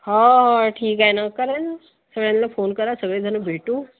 हा हा ठीक आहे नं करा नं सगळ्यांना फोन करा सगळेजणं भेटू